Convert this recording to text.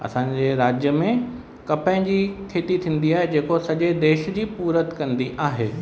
असांजे राज्य में कपिड़नि जी खेती थींदी आहे जेको सॼे देश जी पूरति कंदी आहे